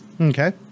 Okay